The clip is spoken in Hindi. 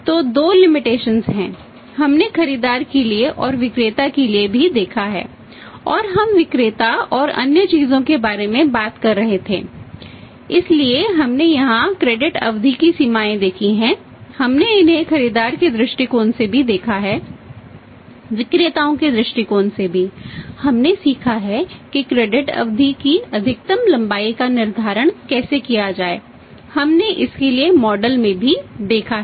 तो दो लिमिटेशन में भी देखा है